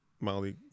molly